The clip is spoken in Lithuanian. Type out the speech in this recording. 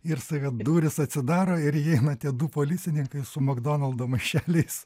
ir staiga durys atsidaro ir įeina tie du policininkai su makdonaldo maišeliais